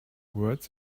words